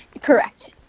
Correct